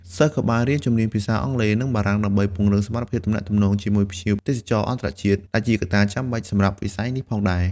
សិស្សក៏បានរៀនជំនាញភាសាអង់គ្លេស និងបារាំង ដើម្បីពង្រឹងសមត្ថភាពទំនាក់ទំនងជាមួយភ្ញៀវទេសចរណ៍អន្តរជាតិ ដែលជាកត្តាចាំបាច់សម្រាប់វិស័យនេះផងដែរ។